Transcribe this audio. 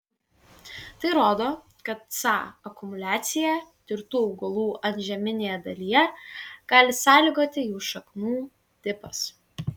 tai rodo kad ca akumuliaciją tirtų augalų antžeminėje dalyje gali sąlygoti jų šaknų tipas